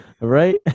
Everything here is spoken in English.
Right